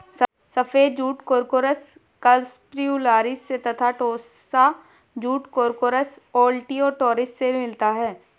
सफ़ेद jute Corchorus capsularis से तथा टोस्सा जूट कोर्कोरस ओलिटोरियस से मिलता है